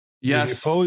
Yes